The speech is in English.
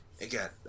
Again